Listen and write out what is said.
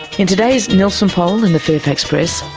in today's nielsen poll in the fairfax press,